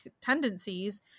tendencies